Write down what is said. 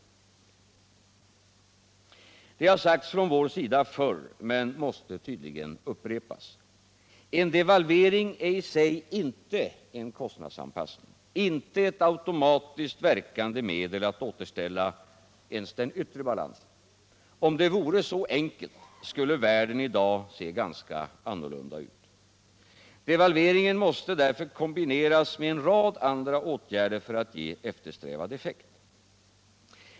Det har sagts från vår sida förr, men måste tydligen upprepas: En devalvering är i sig inte en kostnadsanpassning, inte ett automatiskt verkande medel att återställa ens den yttre balansen. Om det vore så enkelt, skulle världen i dag se ganska annorlunda ut. Devalveringen måste därför kombineras med en rad andra åtgärder för att ge eftersträvad effekt.